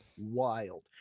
wild